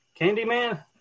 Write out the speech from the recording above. Candyman